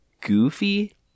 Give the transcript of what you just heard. goofy